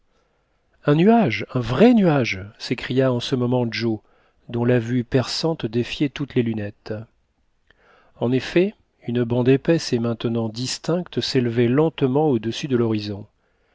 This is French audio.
un nuage un vrai nuage s'écria en ce moment joe dont la vue perçante défiait toutes les lunettes en effet une bande épaisse et maintenant distincte s'élevait lentement au-dessus de l'horizon